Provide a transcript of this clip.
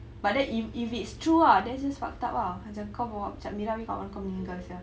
but then if if it's true ah that's just fucked up ah macam kau bawa cap merah habis kawan kau meninggal [sial]